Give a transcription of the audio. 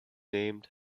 named